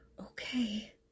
Okay